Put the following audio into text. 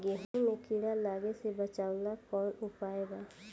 गेहूँ मे कीड़ा लागे से बचावेला कौन उपाय बा?